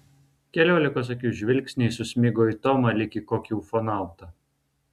keliolikos akių žvilgsniai susmigo į tomą lyg į kokį ufonautą